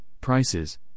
prices